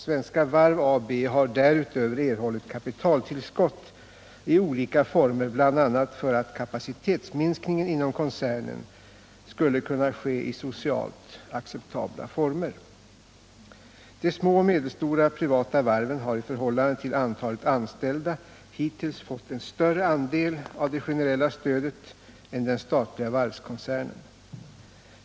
Svenska Varv AB har därutöver erhållit kapitaltillskott i olika former, bl.a. för att kapacitetsminskningen inom koncernen skulle kunna ske i socialt acceptabla former. De små och medelstora privata varven har i förhållande till antalet anställda hittills fått en större andel av det generella stödet än den statliga varvskoncernen.